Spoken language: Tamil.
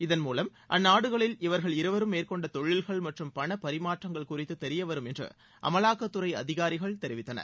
இதள் மூலம் அந்நாடுகளில் இவர்கள் இருவரும் மேற்கொண்ட தொழில்கள் மற்றும் பணப்பரிமாற்றங்கள் குறித்து தெரியவரும் என்று அமலாக்கத்துறை அதிகாரிகள் தெரிவித்தனர்